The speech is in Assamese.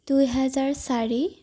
দুহেজাৰ চাৰি